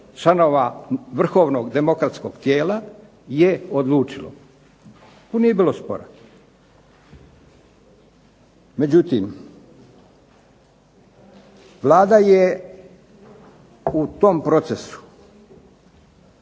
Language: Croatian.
članova vrhovnog demokratskog tijela je odlučilo. Tu nije bilo spora. Međutim, Vlada je u tom procesu